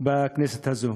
בכנסת הזאת.